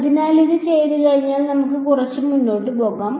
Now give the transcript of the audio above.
അതിനാൽ അത് ചെയ്തുകഴിഞ്ഞാൽ നമുക്ക് കുറച്ച് മുന്നോട്ട് പോകാം